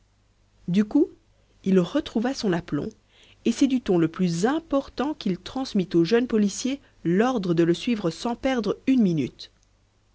du coup il retrouva son aplomb et c'est du ton le plus important qu'il transmit au jeune policier l'ordre de le suivre sans perdre une minute